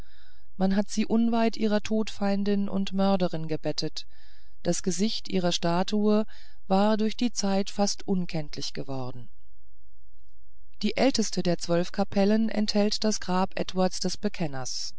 man hat sie unweit ihrer todfeindin und mörderin gebettet das gesicht ihrer statue war durch die zeit fast unkenntlich geworden die älteste der zwölf kapellen enthält das grab eduards des bekenners